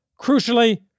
crucially